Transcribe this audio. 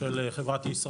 של חברת ישראכרט.